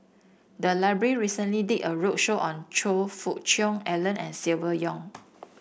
the library recently did a roadshow on Choe Fook Cheong Alan and Silvia Yong